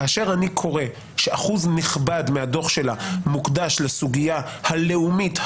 כאשר אני קורא שאחוז נכבד מהדוח שלה מוקדש לסוגיה הלאומית,